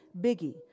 Biggie